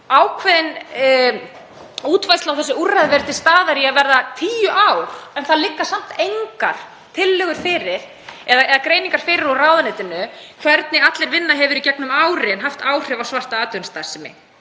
ákveðin útfærsla á þessu úrræði verði til staðar í að verða tíu ár, en það liggja samt engar tillögur fyrir eða greiningar fyrir í ráðuneytinu hvernig Allir vinna hefur í gegnum árin haft áhrif á svarta atvinnustarfsemi